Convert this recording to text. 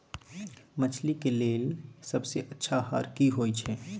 मछली के लेल सबसे अच्छा आहार की होय छै?